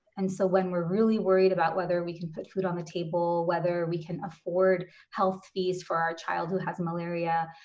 and so when we're really worried about whether we can put food on the table, whether we can afford health fees for our child who has malaria,